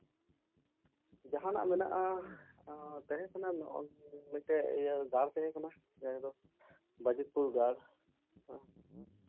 ᱡᱟᱦᱟᱱᱟᱜ ᱢᱮᱱᱟᱜᱼᱟ ᱛᱟᱦᱮᱸ ᱠᱟᱱᱟ ᱱᱚᱜᱼᱚᱭ ᱡᱮ ᱢᱤᱫᱴᱮᱱ ᱜᱟᱲ ᱛᱟᱦᱮᱸ ᱠᱟᱱᱟ ᱡᱟᱦᱟᱸ ᱫᱚ ᱵᱟᱡᱤᱛᱯᱩᱨ ᱜᱟᱲ ᱦᱮᱸ